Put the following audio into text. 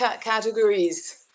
Categories